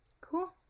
cool